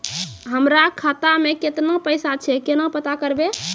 हमरा खाता मे केतना पैसा छै, केना पता करबै?